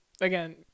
again